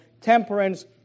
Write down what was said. temperance